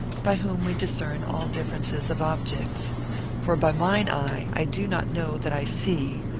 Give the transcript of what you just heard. by whom we discern all differences of objects for by mine eye i do not know that i see,